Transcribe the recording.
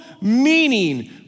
meaning